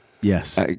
Yes